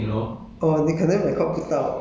oh 可以啊可以啊